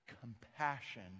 compassion